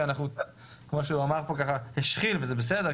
כמו שהוא אמר פה וזה בסדר,